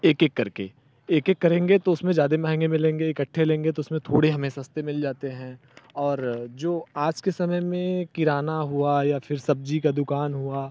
एक एक करके एक एक करेंगे तो उसमें ज़्यादा महँगे मिलेंगे इकट्ठे लेंगे तो उसमें थोड़े हमें सस्ते मिल जाते हैं और जो आज के समय में किराना हुआ या फिर सब्ज़ी का दुकान हुआ